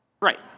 Right